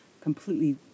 completely